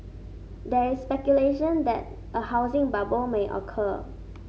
there is speculation that a housing bubble may occur